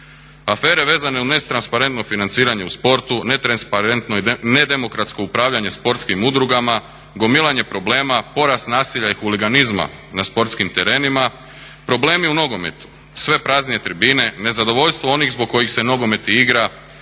Afere vezane u netransparentno financiranje u sportu, netransparentno i nedemokratsko upravljanje sportskim udrugama, gomilanje problema, porast nasilja i huliganizma na sportskim terenima, problemi u nogometu, sve praznije tribine, nezadovoljstvo onih zbog kojih se nogomet i igra